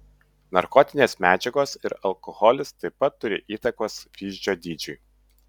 narkotinės medžiagos ir alkoholis taip pat turi įtakos vyzdžio dydžiui